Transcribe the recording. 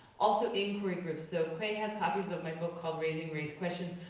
also inquiry groups. so que has copies of my book called raising race questions,